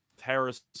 Harris